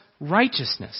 righteousness